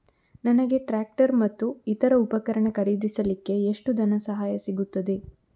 ನನಗೆ ಟ್ರ್ಯಾಕ್ಟರ್ ಮತ್ತು ಇತರ ಉಪಕರಣ ಖರೀದಿಸಲಿಕ್ಕೆ ಎಷ್ಟು ಧನಸಹಾಯ ಸಿಗುತ್ತದೆ?